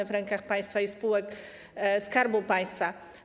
Są w rękach państwa i spółek Skarbu Państwa.